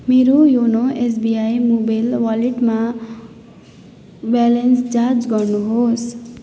मेरो योनो एसबिआई मोबाइल वालेटमा ब्यालेन्स जाँच गर्नुहोस्